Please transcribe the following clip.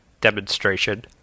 demonstration